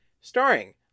Starring